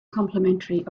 complementary